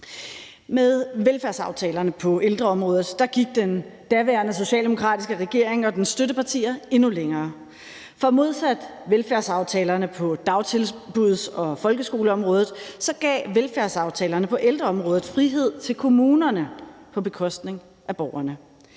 Med velfærdsaftalerne på ældreområdet gik den daværende socialdemokratiske regering og dens støttepartier endnu længere. For modsat velfærdsaftalerne på dagtilbuds- og folkeskoleområdet gav velfærdsaftalerne på ældreområdet frihed til kommunerne på bekostning af borgerne.